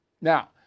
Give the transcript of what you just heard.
Now